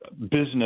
business